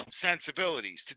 sensibilities